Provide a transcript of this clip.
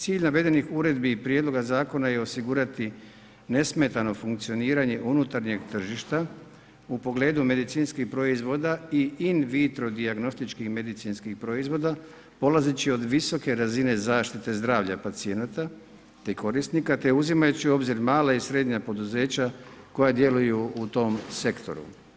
Cilj navedenih uredbi i prijedloga Zakona je osigurati nesmetano funkcioniranje unutarnjih tržišta, u pogledu medicinskih proizvoda i in vitro dijagnostičkim medicinskim proizvodima polazeći od visoke razine zaštite zdravlja pacijenata te korisnika, te uzimajući u obzir mala i srednja poduzeća koja djeluju u tom sektoru.